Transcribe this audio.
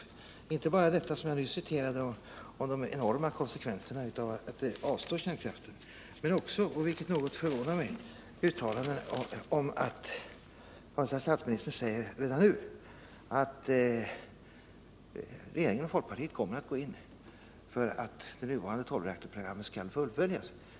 Jag avser inte bara det som jag nyss citerade om de enorma konsekvenserna av att avstå från kärnkraft utan också uttalanden av statsministern som något förvånar mig, där han redan nu säger att regeringen och folkpartiet kommer att gå in för att det nuvarande tolvreaktorsprogrammet skall fullföljas.